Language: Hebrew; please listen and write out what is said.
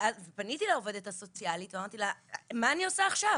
פניתי לעובדת הסוציאלית ושאלתי אותה מה אני עושה עכשיו,